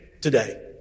today